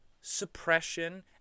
suppression